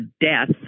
death